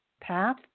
path